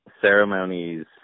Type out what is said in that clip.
ceremonies